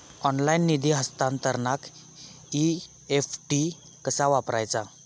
Online निधी हस्तांतरणाक NEFT कसा वापरायचा?